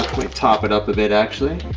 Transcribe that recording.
top it up a bit actually.